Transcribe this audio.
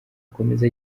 akomeza